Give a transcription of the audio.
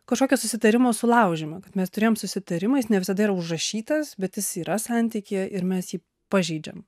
kažkokio susitarimo sulaužymą kad mes turėjom susitarimą jis ne visada yra užrašytas bet jis yra santykyje ir mes jį pažeidžiam